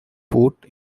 put